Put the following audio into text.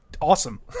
Awesome